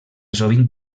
sovint